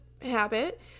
habit